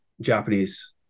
Japanese